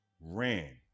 ran